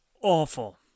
awful